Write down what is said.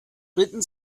ritten